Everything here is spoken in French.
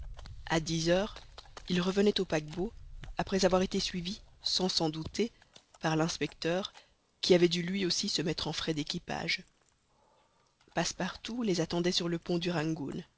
a dix heures ils revenaient au paquebot après avoir été suivis sans s'en douter par l'inspecteur qui avait dû lui aussi se mettre en frais d'équipage passepartout les attendait sur le pont du